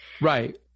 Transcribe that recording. Right